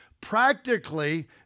practically